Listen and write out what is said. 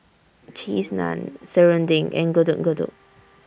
Cheese Naan Serunding and Getuk Getuk